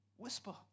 Whisper